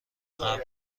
ابر